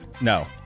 No